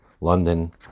London